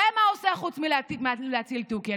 זה, מה עושה חוץ מלהציל תוכי?